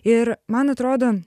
ir man atrodo